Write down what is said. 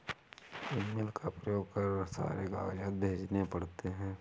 email का प्रयोग कर सारे कागजात भेजने पड़ते हैं